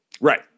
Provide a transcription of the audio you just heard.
Right